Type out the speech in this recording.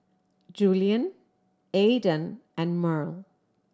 Julian Aedan and Murl